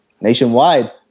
nationwide